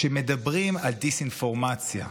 כשמדברים על דיסאינפורמציה,